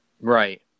Right